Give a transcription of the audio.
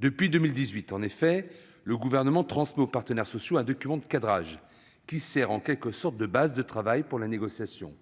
Depuis 2018, en effet, le Gouvernement transmet aux partenaires sociaux un document de cadrage, qui sert en quelque sorte de base de travail pour la négociation.